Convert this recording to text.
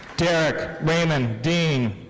derrick raymond dean.